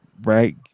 right